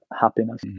happiness